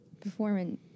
performing